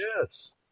Yes